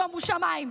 שומו שמיים.